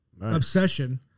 obsession